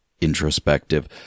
introspective